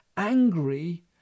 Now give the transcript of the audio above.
angry